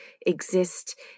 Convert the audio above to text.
exist